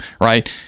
right